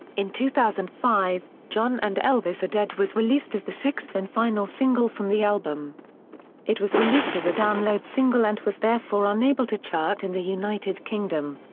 in two thousand and five, john and elvis are dead was released as the sixth and final single from the album it was released as a download single and was therefore unable to chart in the united kingdom.